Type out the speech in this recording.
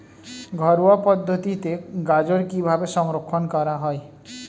ঘরোয়া পদ্ধতিতে গাজর কিভাবে সংরক্ষণ করা?